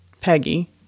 Peggy